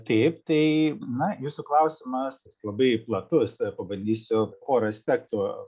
taip tai na jūsų klausimas labai platus ir pabandysiu pora aspektų